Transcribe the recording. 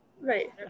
Right